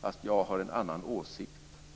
fast jag har en annan åsikt.